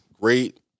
great